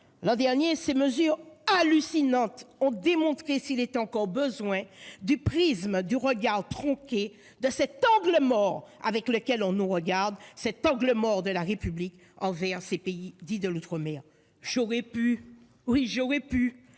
L'an dernier, ces mesures hallucinantes ont démontré, s'il en était encore besoin, le prisme, le regard tronqué, l'angle mort avec lequel on nous regarde, cet angle mort de la République envers ces pays dits « de l'outre-mer ». J'aurais pu poursuivre sur